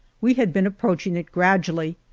we had been approaching it gradually,